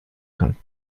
kann